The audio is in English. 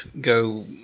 go